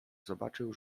zobaczył